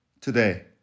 today